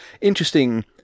interesting